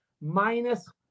minus